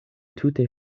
tute